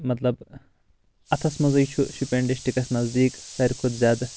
مطلب اتھس منٛزٕے چھُ شُپیان ڈِسٹرکس نزدیٖک ساروٕے کھۄتہٕ زیادٕ